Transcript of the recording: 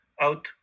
out